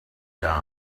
die